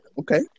Okay